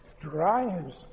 drives